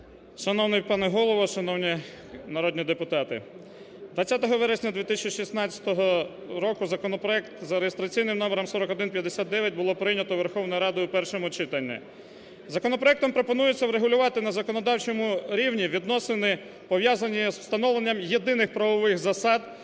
Шановний пане Голово, шановні народні депутати! Двадцятого вересня 2016 року законопроект за реєстраційним номером 4159 було прийнято Верховною Радою в першому читанні. Законопроектом пропонується врегулювати на законодавчому рівні відносини, пов'язані із встановленням єдиних правових засад